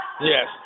yes